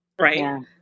Right